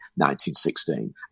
1916